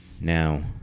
Now